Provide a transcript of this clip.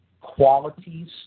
qualities